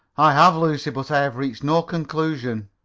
i have, lucy, but i have reached no conclusion.